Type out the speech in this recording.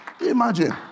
Imagine